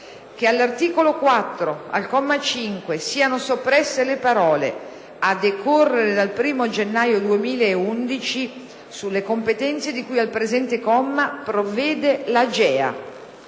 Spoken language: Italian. che all'articolo 4, al comma 5, siano soppresse le parole "a decorrere dal 1° gennaio 2011 sulle competenze di cui al presente comma provvede l'AGEA";